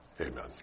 Amen